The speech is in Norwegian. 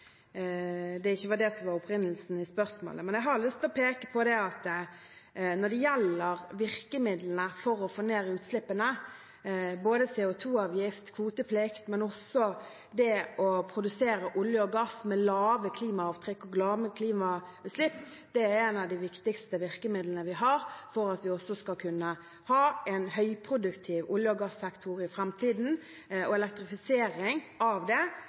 når det gjelder virkemidlene for å få ned utslippene, er både CO 2 -avgift og kvoteplikt og også det å produsere olje og gass med lave klimaavtrykk og lave klimautslipp av de viktigste virkemidlene vi har for at vi også skal kunne ha en høyproduktiv olje- og gassektor i framtiden. Elektrifisering av det